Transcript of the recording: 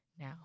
now